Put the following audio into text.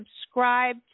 subscribe